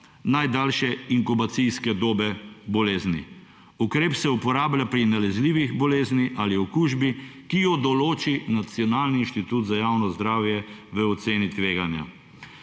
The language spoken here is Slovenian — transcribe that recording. najdaljše inkubacijske dobe bolezni. Ukrep se uporablja pri nalezljivih bolezni ali okužbi, ki jo določi Nacionalni inštitut za javno zdravje v oceni tveganja.